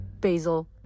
basil